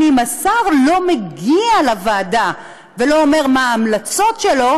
אם השר לא מגיע לוועדה ולא אומר מה ההמלצות שלו,